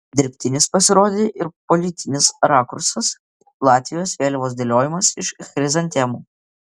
dirbtinis pasirodė ir politinis rakursas latvijos vėliavos dėliojimas iš chrizantemų